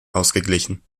ausgeglichen